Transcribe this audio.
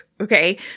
okay